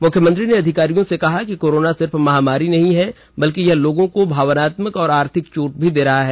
मुख्यमंत्री ने अधिकारियों से कहा कि कोरोना सिर्फ महामारी नहीं है बल्कि यह लोगों को भावनात्मक और आर्थिक चोट भी दे रहा है